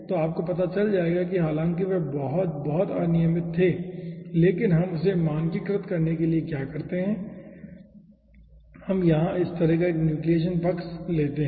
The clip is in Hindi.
तो आपको पता चल जाएगा कि हालांकि वे बहुत बहुत अनियमित थे लेकिन हम उसे मानकीकृत करने के लिए क्या करते हैं करने के लिए हम यहां इस तरह एक न्यूक्लियेशन पक्ष लेते हैं